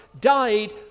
died